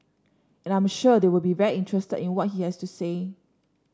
and I'm sure they'll be very interested in what he has to say